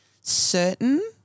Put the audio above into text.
certain